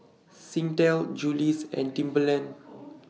Singtel Julie's and Timberland